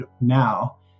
now